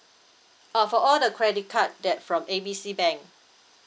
uh for all the credit card that from A B C bank